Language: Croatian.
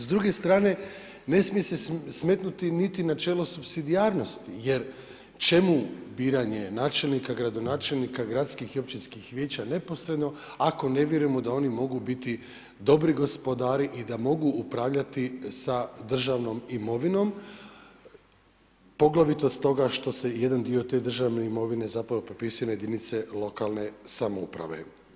S druge strane ne smije se smetnuti niti načelo supsidijarnosti jer čemu biranje načelnika, gradonačelnika, gradskih i općinskih vijeća neposredno ako ne vjerujemo da oni mogu biti dobri gospodari i da mogu upravljati sa državnom imovinom poglavito stoga što se jedan dio te državne imovine zapravo prepisuje na jedinice lokalne samouprave.